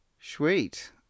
sweet